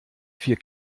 für